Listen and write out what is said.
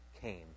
came